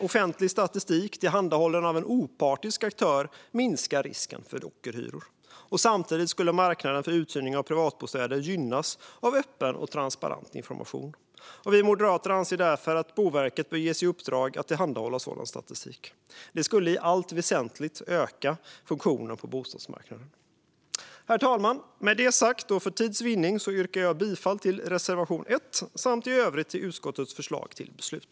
Offentlig statistik tillhandahållen av en opartisk aktör minskar risken för ockerhyror. Samtidigt skulle marknaden för uthyrning av privatbostäder gynnas av öppen och transparent information. Vi moderater anser därför att Boverket bör ges i uppdrag att tillhandahålla sådan statistik. Det skulle i allt väsentligt öka funktionen på bostadsmarknaden. Herr talman! Med detta sagt och för tids vinnande yrkar jag bifall endast till reservation 1 samt i övrigt till utskottets förslag till beslut.